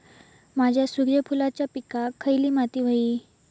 माझ्या सूर्यफुलाच्या पिकाक खयली माती व्हयी?